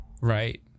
Right